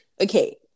okay